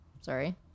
sorry